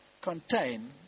contain